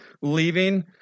leaving